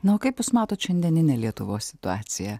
nu o kaip jūs matot šiandieninę lietuvos situaciją